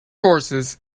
horses